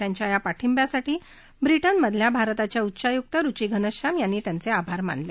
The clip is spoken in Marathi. त्यांच्या या पाठिंब्यासाठी ब्रिटनमधल्या भारताच्या उच्चायुक रुची घनश्याम यांनी त्यांचे आभार मानले